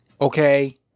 Okay